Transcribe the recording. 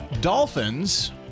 Dolphins